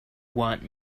want